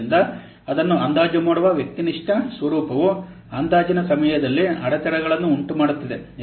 ಆದ್ದರಿಂದ ಅದನ್ನು ಅಂದಾಜು ಮಾಡುವ ವ್ಯಕ್ತಿನಿಷ್ಠ ಸ್ವರೂಪವು ಅಂದಾಜಿನ ಸಮಯದಲ್ಲಿ ಅಡೆತಡೆಗಳನ್ನು ಉಂಟುಮಾಡುತ್ತದೆ